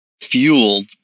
fueled